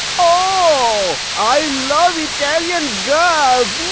oh! i love italian girls.